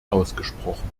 ausgesprochen